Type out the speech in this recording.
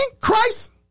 Christ